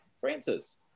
Francis